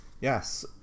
Yes